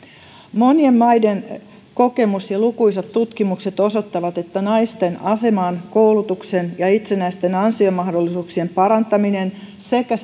monien maiden kokemus ja lukuisat tutkimukset osoittavat että naisten aseman koulutuksen ja itsenäisten ansiomahdollisuuksien parantaminen sekä